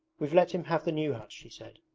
we've let him have the new hut she said.